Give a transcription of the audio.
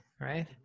right